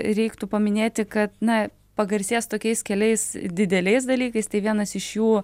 reiktų paminėti kad na pagarsėjęs tokiais keliais dideliais dalykais tai vienas iš jų